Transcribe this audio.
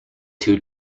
two